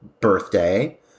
birthday